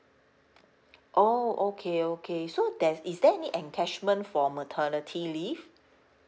oh okay okay so there's is there any encashment for maternity leave